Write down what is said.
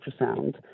ultrasound